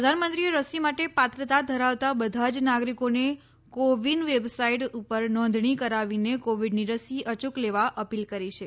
પ્રધાનમંત્રીએ રસી માટે પાત્રતા ધરાવતા બધા જ નાગરિકોને કોવિન વેબસાઇટ ઉપર નોંધણી કરાવીને કોવિડની રસી અયૂક લેવા અપીલ કરી છે